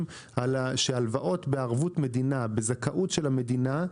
שההלוואות בערבות מדינה, בזכאות של המדינה,